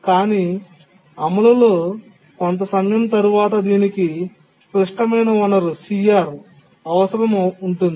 కానీ అమలులో కొంత సమయం తరువాత దీనికి క్లిష్టమైన వనరు CR అవసరం ఉంటుంది